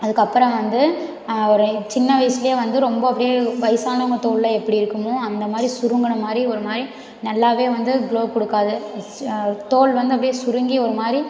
அதுக்கு அப்புறம் வந்து ஒரு சின்ன வயசுலயே வந்து ரொம்ப அப்படியே வயசானவங்க தோல் எல்லாம் எப்படி இருக்குமோ அந்த மாதிரி சுருங்கின மாதிரி ஒரு மாதிரி நல்லாவே வந்து க்ளோ கொடுக்காது தோல் வந்து அப்படியே சுருங்கி ஒரு மாதிரி